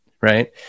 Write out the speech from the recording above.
Right